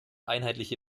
einheitliche